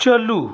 ᱪᱟᱹᱞᱩ